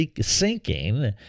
sinking